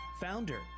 founder